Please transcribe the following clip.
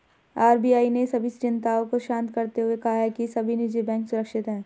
RBI ने सभी चिंताओं को शांत करते हुए कहा है कि सभी निजी बैंक सुरक्षित हैं